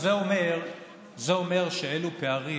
זה אומר שאלו פערים